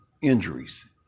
injuries